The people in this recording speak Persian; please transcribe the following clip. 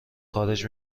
خارج